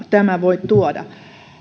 tämä voi tuoda